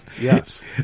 yes